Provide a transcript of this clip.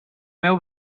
meu